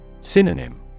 Synonym